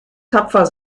tapfer